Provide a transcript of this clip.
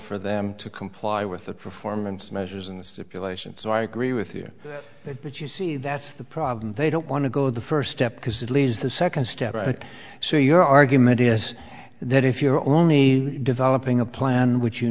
for them to comply with the performance measures in the stipulation so i agree with you but you see that's the problem they don't want to go the first step because it leaves the second step right so your argument is that if you're only developing a plan which you